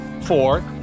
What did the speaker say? Four